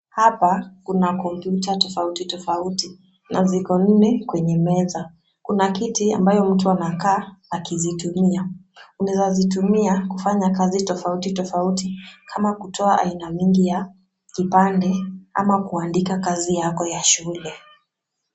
Hapa kuna kompyuta tofauti tofauti na ziko nne kwenye meza. Kuna kiti ambayo mtu anakaa akizitumia. Unaweza zitumia kufanya kazi tofauti tofauti kama kutoa aina mingi ya kipande ama kuandika kazi yako ya shule.